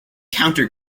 counter